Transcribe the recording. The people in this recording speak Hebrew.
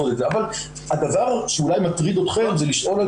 אבל הדבר שאולי מטריד אתכם זה לשאול על